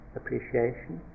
appreciation